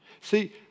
See